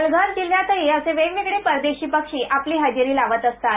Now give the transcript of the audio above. पालघर जिल्ह्यातही असे वेगवेगळे परदेशी पक्षी आपली हजेरी लावत असतात